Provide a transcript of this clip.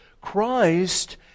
Christ